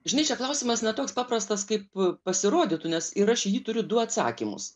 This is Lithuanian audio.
žinai čia klausimas ne toks paprastas kaip pasirodytų nes ir aš į jį turiu du atsakymus